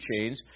chains